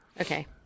okay